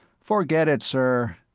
forget it, sir.